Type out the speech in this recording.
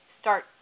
start